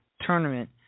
Tournament